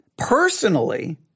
personally